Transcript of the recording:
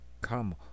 Come